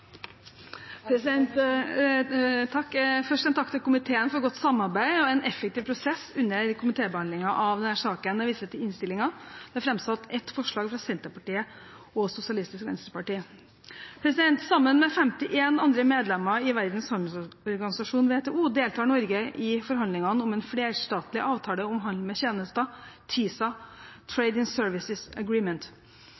Først en takk til komiteen for godt samarbeid og for en effektiv prosess under komitébehandlingen av denne saken. Jeg viser til innstillingen. Det er framsatt ett forslag, fra Senterpartiet og SV. Sammen med 50 andre medlemmer i Verdens Handelsorganisasjon, WTO, deltar Norge i forhandlingene om en flerstatlig avtale om handel med tjenester, TISA – Trade in Services